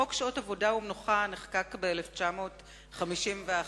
חוק שעות עבודה ומנוחה נחקק בשנת 1951,